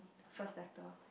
first letter